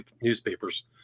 newspapers